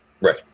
Right